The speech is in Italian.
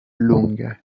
lunghe